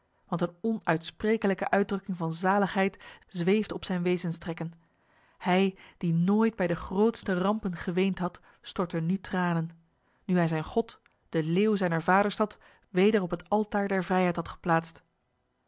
want een onuitsprekelijke uitdrukking van zaligheid zweefde op zijn wezenstrekken hij die nooit bij de grootste rampen geweend had stortte nu tranen nu hij zijn god de leeuw zijner vaderstad weder op het altaar der vrijheid had geplaatst